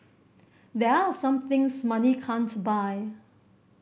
there are some things money can't buy